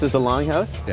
the longhouse?